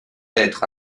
être